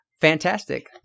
fantastic